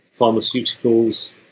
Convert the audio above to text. pharmaceuticals